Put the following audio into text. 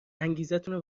انگیزتونو